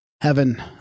Heaven